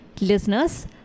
Listeners